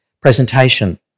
presentation